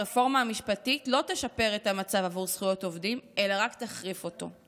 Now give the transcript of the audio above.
הרפורמה המשפטית לא תשפר את המצב עבור זכויות עובדים אלא רק תחריף אותו.